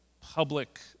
public